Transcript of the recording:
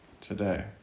today